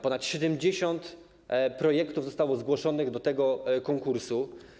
Ponad 70 projektów zostało zgłoszonych do tego konkursu.